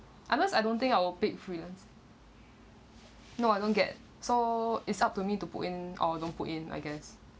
unless I don't think I will pick freelance no I don't get so it's up to me to put in or don't put in I guess